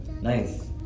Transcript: Nice